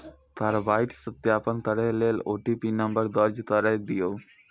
कार्रवाईक सत्यापन करै लेल ओ.टी.पी नंबर दर्ज कैर दियौ